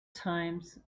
times